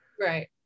Right